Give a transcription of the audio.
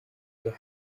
huye